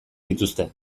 dituzte